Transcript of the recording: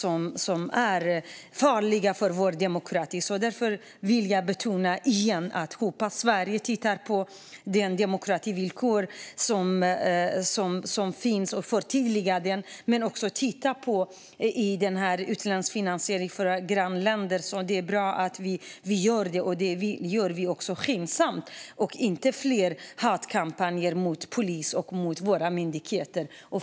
De är farliga för vår demokrati. Jag vill än en gång betona att jag hoppas att Sverige tittar på det demokrativillkor som finns och förtydligar det men också tittar på utlandsfinansiering i grannländer. Det är bra att vi gör det och gör det skyndsamt. Det får inte förekomma fler hatkampanjer mot polisen och våra myndigheter.